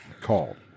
called